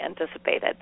anticipated